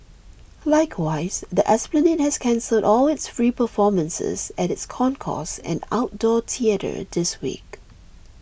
likewise the esplanade has cancelled all its free performances at its concourse and outdoor theatre this week